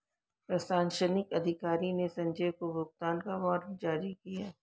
प्रशासनिक अधिकारी ने संजय को भुगतान का वारंट जारी किया